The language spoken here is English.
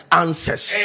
answers